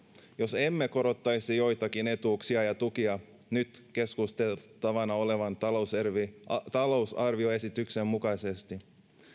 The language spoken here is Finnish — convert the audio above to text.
jos emme korottaisi joitakin etuuksia ja tukia nyt keskusteltavana olevan talousarvioesityksen mukaisesti